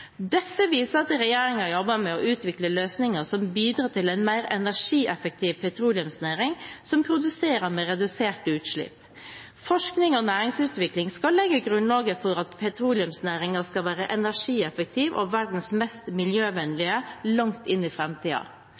Dette viser at regjeringen jobber med å utvikle løsninger som bidrar til en mer energieffektiv petroleumsnæring som produserer med reduserte utslipp. Forskning og næringsutvikling skal legge grunnlaget for at petroleumsnæringen skal være energieffektiv og verdens mest miljøvennlige langt inn i